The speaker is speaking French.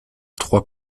trois